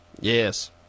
Yes